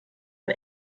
ein